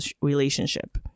relationship